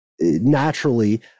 naturally